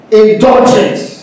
indulgence